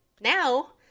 Now